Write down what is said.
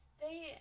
they-